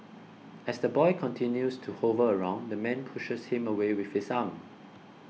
as the boy continues to hover around the man pushes him away with his arm